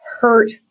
hurt